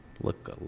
look